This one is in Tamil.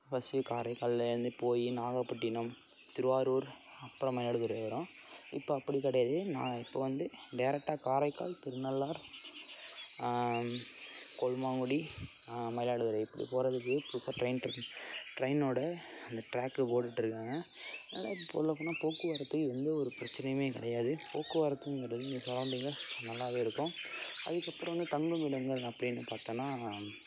பஸ்ஸு காரைக்கால்லேருந்து போய் நாகப்பட்டினம் திருவாரூர் அப்புறம் மயிலாடுதுறை வரும் இப்போ அப்படி கிடையாது நான் இப்போது வந்து டைரெக்டா காரைக்கால் திருநள்ளாறு கொல்லுமாங்குடி மயிலாடுதுறை இப்படி போகிறதுக்கு புதுசாக ட்ரெயின் ட்ரக் ட்ரெயினோடய அந்த ட்ராக்கு போட்டுட்டு இருக்காங்க அதனால் சொல்லப்போனால் போக்குவரத்துக்கு எந்த ஒரு பிரச்சனையுமே கிடையாது போக்குவரத்துங்கிறது இந்த சரௌண்டிங்கில் நல்லா இருக்கும் அதுக்கு அப்புறம் இங்கே தங்குமிடங்கள் அப்படின்னு பார்த்தோன்னா